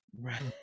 right